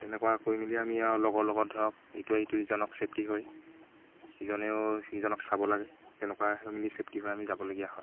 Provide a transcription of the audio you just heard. তেনেকুৱা কৰি মেলি আমি আৰু লগৰ লগত ধৰক ইটোৱে সিটোক ইজনক চেফটি হয় ইজনেও সিজনক চাব লাগে তেনেকুৱা হৈ মেলি ছেফটি হৈ আমি যাবলগীয়া হয়